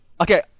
okay